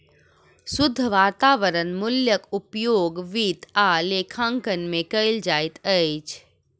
शुद्ध वर्त्तमान मूल्यक उपयोग वित्त आ लेखांकन में कयल जाइत अछि